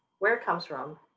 where it comes from,